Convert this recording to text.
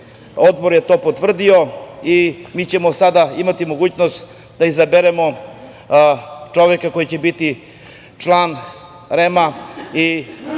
Odbor je to potvrdio i mi ćemo sada imati mogućnost da izaberemo čoveka koji će biti član REM-a i